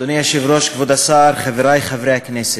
אדוני היושב-ראש, כבוד השר, חברי חברי הכנסת,